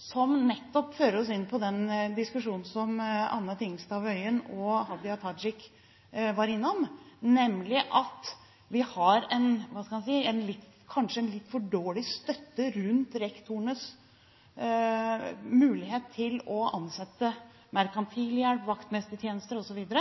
som nettopp fører oss inn på den diskusjonen som Anne Tingelstad Wøien og Hadia Tajik var innom, nemlig at vi kanskje har en litt for dårlig støtte rundt rektorenes mulighet til å ansette merkantil hjelp, skaffe vaktmestertjenester osv.,